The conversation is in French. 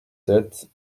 sept